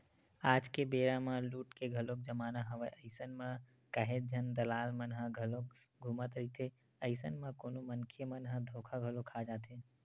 आज के बेरा म लूट के घलोक जमाना हवय अइसन म काहेच झन दलाल मन ह घलोक घूमत रहिथे, अइसन म कोनो मनखे मन ह धोखा घलो खा जाथे